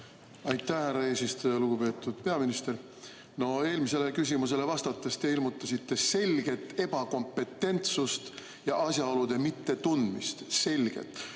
Aitäh, härra eesistuja! Lugupeetud peaminister! Eelmisele küsimusele vastates te ilmutasite selget ebakompetentsust ja asjaolude mittetundmist. Selget!